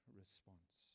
response